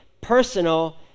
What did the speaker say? personal